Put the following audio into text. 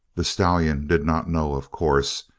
the stallion did not know, of course.